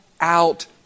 out